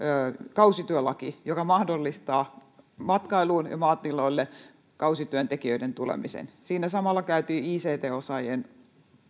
kausityölaki joka mahdollistaa matkailuun ja maatiloille kausityöntekijöiden tulemisen siinä samalla käytiin ict osaajien